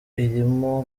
irimo